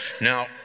Now